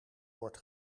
wordt